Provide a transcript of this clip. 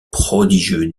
prodigieux